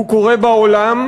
הוא קורה בעולם.